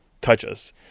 touches